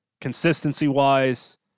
consistency-wise